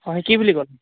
হয় কি বুলি ক'লে